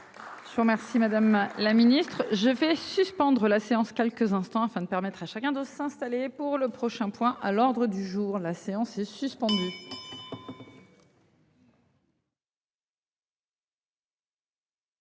Je vous remercie, madame la Ministre je vais suspendre la séance quelques instants afin de permettre à chacun de s'installer pour le prochain point à l'ordre du jour, la séance est suspendue.